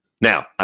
Now